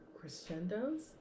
crescendos